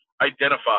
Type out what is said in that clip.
identify